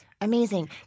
Amazing